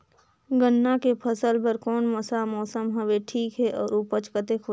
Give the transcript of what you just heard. गन्ना के फसल बर कोन सा मौसम हवे ठीक हे अउर ऊपज कतेक होही?